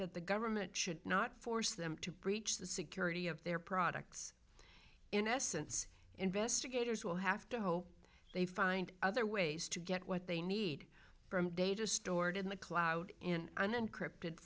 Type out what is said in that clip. that the government should not force them to breach the security of their products in essence investigators will have to hope they find other ways to get what they need from data stored in the cloud in